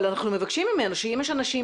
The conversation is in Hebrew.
אבל אנחנו מבקשים ממנו שאם יש אנשים